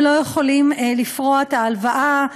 הם לא יכולים לפרוע את ההלוואה.